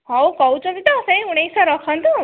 ହଉ କହୁଛନ୍ତି ତ ସେଇ ଉଣେଇଶହ ରଖନ୍ତୁ